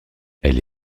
elle